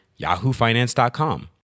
yahoofinance.com